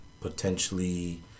potentially